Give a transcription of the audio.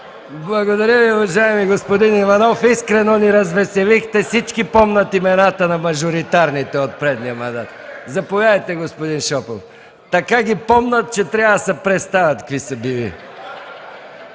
Благодаря Ви, уважаеми господин Иванов. Искрено ни развеселихте. Всички помнят имената на мажоритарните от предния мандат. Така ги помнят, че трябва да се представят какви са били.